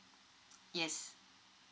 yes